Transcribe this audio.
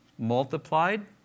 Multiplied